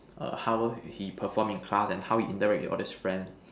err how he perform in class and how he interact with all his friends